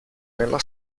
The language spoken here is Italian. nella